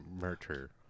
murder